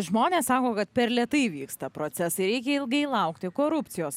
žmonės sako kad per lėtai vyksta procesai reikia ilgai laukti korupcijos